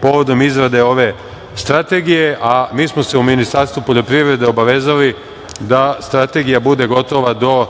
povodom izrade ove strategije. Mi smo se u Ministarstvu poljoprivrede obavezali da strategija bude gotova do